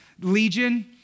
legion